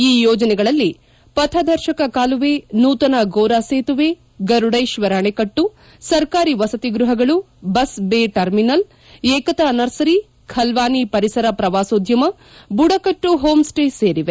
ಈ ಯೋಜನೆಗಳಲ್ಲಿ ಪಥದರ್ಶಕ ಕಾಲುವೆ ನೂತನ ಗೋರಾ ಸೇತುವೆ ಗರುಡೇಶ್ವರ್ ಅಣೆಕಟ್ಲು ಸರ್ಕಾರಿ ವಸತಿಗ್ವಹಗಳು bus bay terminal Ekta nursery ಖಲ್ನಾನಿ ಪರಿಸರ ಪ್ರವಾಸೋದ್ಯಮ ಬುಡಕಟ್ಟು ಹೋಂ ಸ್ಸೇ ಸೇರಿವೆ